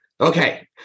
Okay